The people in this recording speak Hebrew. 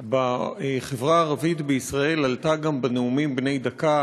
בחברה הערבית בישראל עלתה גם בנאומים בני הדקה